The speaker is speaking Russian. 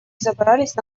забрались